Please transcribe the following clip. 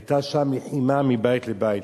היתה שם לחימה מבית לבית.